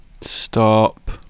Stop